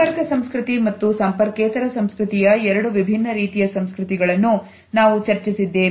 ಸಂಪರ್ಕ ಸಂಸ್ಕೃತಿ ಮತ್ತು ಸಂಪರ್ಕೇತರ ಸಂಸ್ಕೃತಿಯ ಎರಡು ವಿಭಿನ್ನ ರೀತಿಯ ಸಂಸ್ಕೃತಿಗಳನ್ನು ನಾವು ಚರ್ಚಿಸಿದ್ದೇವೆ